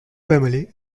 family